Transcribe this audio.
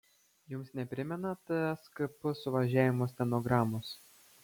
jums neprimena tskp suvažiavimo stenogramos